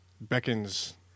beckons